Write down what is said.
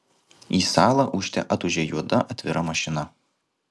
į salą ūžte atūžė juoda atvira mašina